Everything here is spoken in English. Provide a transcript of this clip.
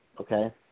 okay